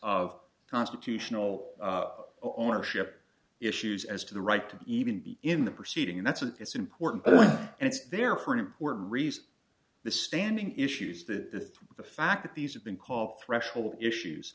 of constitutional ownership issues as to the right to even be in the proceeding and that's it's important and it's there for an important reason the standing issues that the fact that these have been called threshold issues